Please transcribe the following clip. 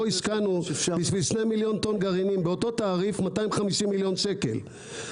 פה השקענו בשביל 2 מיליון טון גרעינים באותו תעריף 250 מיליון שקל.